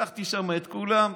ניצחתי שם את כולם,